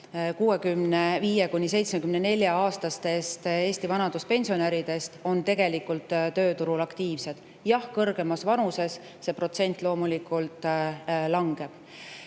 65–74-aastastest Eesti vanaduspensionäridest on tegelikult tööturul aktiivsed, jah, kõrgemas vanuses see protsent loomulikult langeb. Just